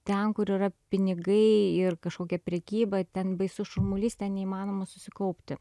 ten kur yra pinigai ir kažkokia prekyba ten baisus šurmulys ten neįmanoma susikaupti